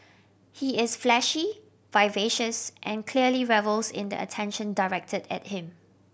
he is flashy vivacious and clearly revels in the attention directed at him